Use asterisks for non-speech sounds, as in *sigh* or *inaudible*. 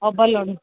*unintelligible*